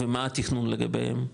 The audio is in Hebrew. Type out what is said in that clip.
ומה התכנון לגביהם?